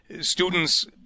students